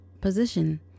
position